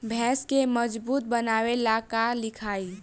भैंस के मजबूत बनावे ला का खिलाई?